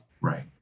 right